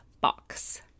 box